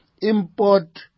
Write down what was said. Import